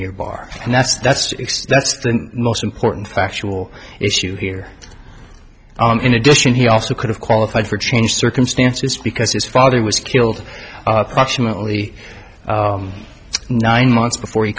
year bar and that's that's that's the most important factual issue here in addition he also could have qualified for change circumstances because his father was killed approximately nine months before he